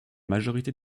majorité